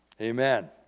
Amen